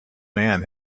man